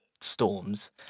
storms